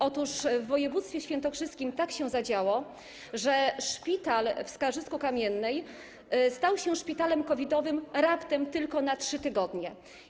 Otóż w województwie świętokrzyskim tak się zadziało, że szpital w Skarżysku-Kamiennej stał się szpitalem COVID-owym raptem tylko na 3 tygodnie.